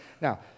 Now